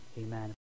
Amen